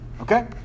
Okay